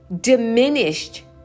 diminished